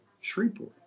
Shreveport